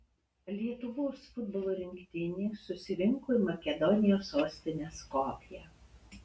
lietuvos futbolo rinktinė susirinko į makedonijos sostinę skopję